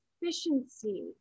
efficiency